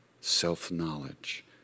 self-knowledge